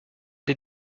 den